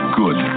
good